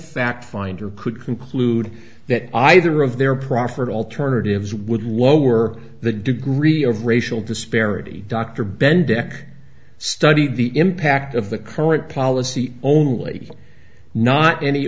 fact finder could conclude that either of their proffered alternatives would lower the degree of racial disparity dr ben deck studied the impact of the current policy only not any